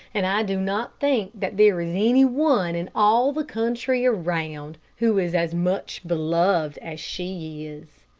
and i do not think that there is any one in all the country around who is as much beloved as she is.